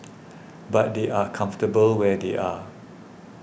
but they are comfortable where they are